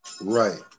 Right